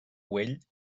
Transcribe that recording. güell